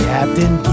Captain